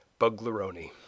Buglaroni